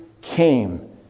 came